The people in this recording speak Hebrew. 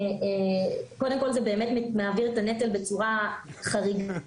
קודם כל זה מעביר את הנטל בצורה חריגה